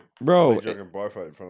Bro